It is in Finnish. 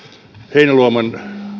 heinäluoman